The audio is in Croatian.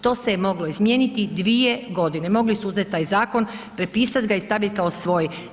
To se je moglo izmijeniti 2 godine, mogli su uzeti taj zakon, pripisati ga i staviti ga kao svoj.